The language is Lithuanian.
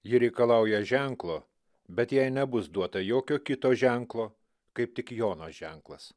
ji reikalauja ženklo bet jei nebus duota jokio kito ženklo kaip tik jono ženklas